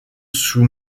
sous